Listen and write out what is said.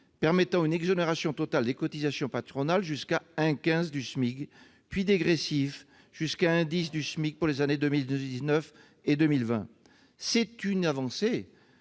permettant une exonération des cotisations patronales- totale jusqu'à 1,15 SMIC, puis dégressive jusqu'à 1,10 SMIC -pour les années 2019 et 2020. C'est une avancée,